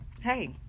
hey